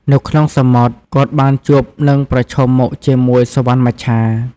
នៅក្នុងសមុទ្រ គាត់បានជួបនឹងប្រឈមមុខជាមួយសុវណ្ណមច្ឆា។